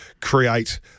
create